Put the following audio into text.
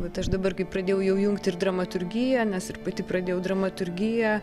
vat aš dabar kai pradėjau jau jungt ir dramaturgija nes ir pati pradėjau dramaturgiją